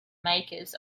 makers